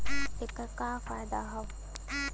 ऐकर का फायदा हव?